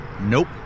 Nope